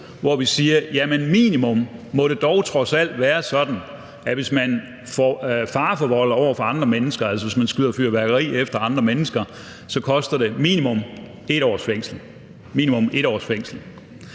hvor vi siger, at det som minimum dog trods alt må være sådan, at hvis man fareforvolder over for andre mennesker, altså hvis man skyder fyrværkeri af efter andre mennesker, så koster det minimum 1 års fængsel. Så er mit spørgsmål